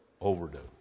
overdose